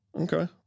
Okay